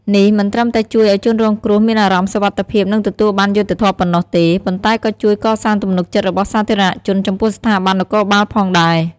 នេះមិនត្រឹមតែជួយឱ្យជនរងគ្រោះមានអារម្មណ៍សុវត្ថិភាព និងទទួលបានយុត្តិធម៌ប៉ុណ្ណោះទេ ប៉ុន្តែក៏ជួយកសាងទំនុកចិត្តរបស់សាធារណជនចំពោះស្ថាប័ននគរបាលផងដែរ។